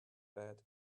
bed